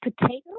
potato